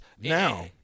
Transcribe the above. now